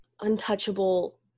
untouchable